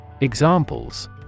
Examples